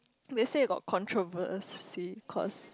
they say got controversy cause